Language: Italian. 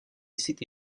siti